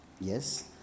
Yes